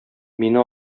мине